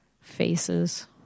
faces